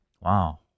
wow